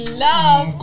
love